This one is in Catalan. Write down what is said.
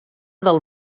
del